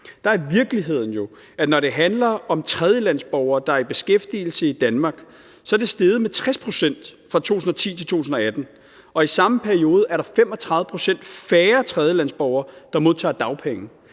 Danske A-kasser jo er, at når det handler om tredjelandsborgere, der er i beskæftigelse i Danmark, så er tallet steget med 60 pct. fra 2010 til 2018, og i samme periode er der 35 pct. færre tredjelandsborgere, der modtager dagpenge.